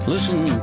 Listen